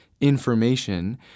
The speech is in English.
information